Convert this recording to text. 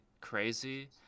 crazy